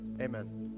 Amen